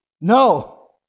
No